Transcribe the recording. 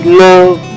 love